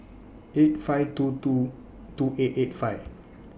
eight five two two two eight eight five